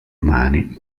umani